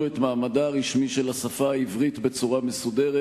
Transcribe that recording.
את מעמדה הרשמי של השפה העברית בצורה מסודרת.